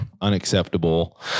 unacceptable